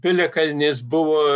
piliakalnis buvo